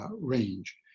range